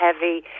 heavy